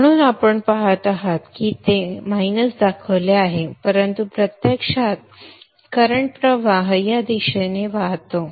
म्हणून आपण पहात आहात की ते वजा दाखवले आहे परंतु प्रत्यक्षात विद्युत प्रवाह या दिशेने प्रवाहित आहे